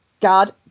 God